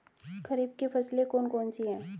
खरीफ की फसलें कौन कौन सी हैं?